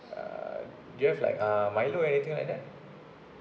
ah do you have like uh milo anything like that